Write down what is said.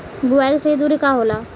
बुआई के सही दूरी का होला?